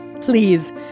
Please